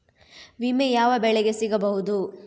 ವಿಮೆ ಯಾವ ಬೆಳೆಗೆ ಸಿಗಬಹುದು?